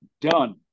Done